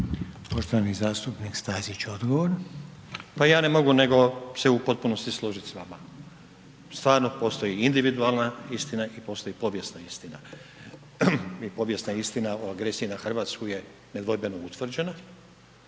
Poštovani zastupnik Stazić odgovor. **Stazić, Nenad (SDP)** Pa ja ne mogu, nego se u potpunosti složit s vama, stvarno postoji individualna istina i postoji povijesna istina. Povijesna istina o agresiji na RH je nedvojbeno utvrđena,